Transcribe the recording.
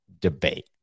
debate